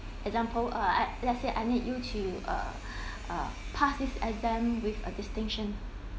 example uh I let's say I need you to uh uh pass this exam with a distinction